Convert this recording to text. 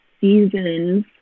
season's